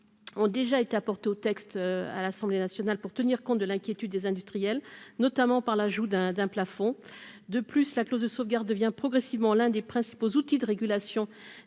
ont déjà été apportées au texte à l'Assemblée nationale pour tenir compte de l'inquiétude des industriels, notamment par l'ajout d'un d'un plafond de plus, la clause de sauvegarde devient progressivement l'un des principaux outils de régulation